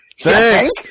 Thanks